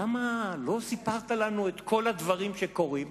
למה לא סיפרת לנו את כל הדברים שקורים?